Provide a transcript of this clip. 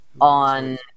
on